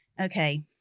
Okay